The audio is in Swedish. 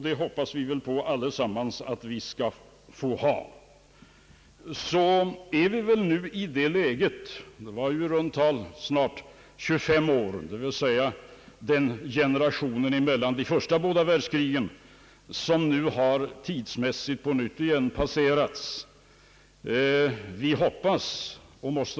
Det var ju i runt tal 25 år sedan vi upplevde det senaste världskriget. Det gick en generation mellan de båda världskrigen, och lika lång tid har på nytt passerats.